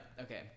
Okay